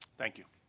thank you.